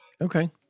Okay